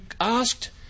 asked